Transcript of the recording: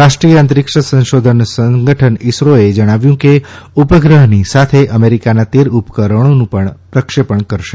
રાષ્ટ્રીય અંતરીક્ષ સંશોધન સંગઠન ઇસરોએ જણાવ્યું કે ઉપગ્રહની સાથે અમેરિકાના તેર ઉપકરણોનું પણ પ્રક્ષેપણ કરશે